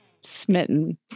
smitten